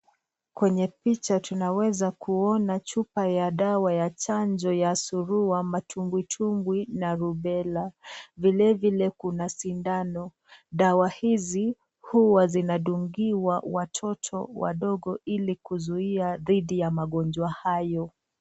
Kwenye picha tunaweza kuona chupa ya dawa ya chanjo ya surua, matumbwi tumbwi na rubela. Vile vile kuna sindano. Dawa hizi huwa zinadungiwa watoto wadogo ili kuzuia dhidi ya magonjwa hayo.